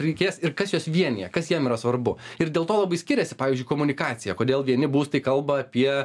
reikės ir kas juos vienija kas jiem yra svarbu ir dėl to labai skiriasi pavyzdžiui komunikacija kodėl vieni būstai kalba apie